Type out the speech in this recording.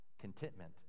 Contentment